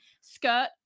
skirt